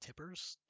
tippers